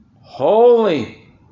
Holy